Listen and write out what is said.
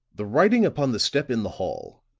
the writing upon the step in the hall,